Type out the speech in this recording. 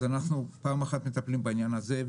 פעם אחת אנחנו מטפלים בעניין הזה,